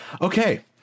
Okay